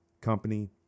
Company